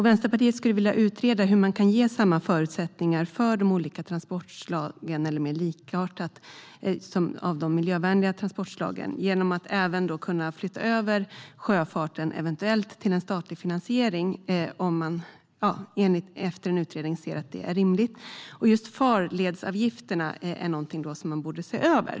Vänsterpartiet vill därför att en utredning görs för att se hur man kan ge lika förutsättningar för de miljövänliga transportslagen genom att eventuellt överföra Sjöfartsverket till statlig finansiering, det vill säga om utredningen visar att det är rimligt. Just farledsavgifterna är någonting som man borde se över.